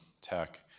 tech